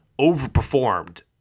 overperformed